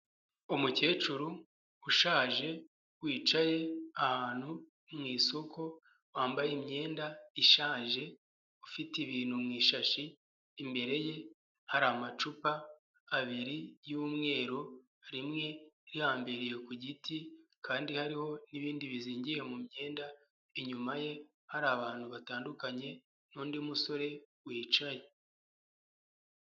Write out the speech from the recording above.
Umukecuru ushaje wicaye ahantu mu isoko, wambaye imyenda ishaje, ufite ibintu mu ishashi, imbere ye hari amacupa abiri y'umweru, rimwe rihambiriye ku giti kandi hariho n'ibindi bizingiye mu myenda, inyuma ye hari abantu batandukanye n'undi musore wicaye.